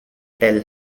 tell